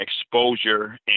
exposure